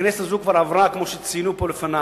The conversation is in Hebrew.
הכנסת הזאת כבר עברה, כמו שציינו לפני,